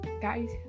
guys